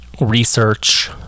research